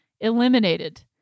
eliminated